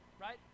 Right